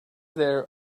there